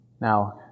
Now